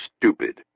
stupid